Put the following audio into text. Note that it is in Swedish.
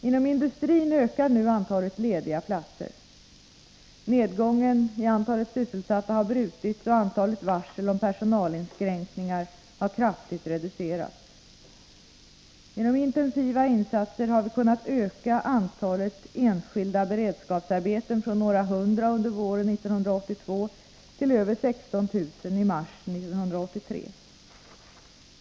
Inom industrin ökar nu antalet lediga platser... Nedgången i antalet sysselsatta har brutits, och antalet varsel om personalinskränkningar har kraftigt reducerats. Genom intensiva insatser har vi kunnat öka antalet enskilda beredskapsarbeten från några hundra under våren 1982 till över 16 000 i mars 1983.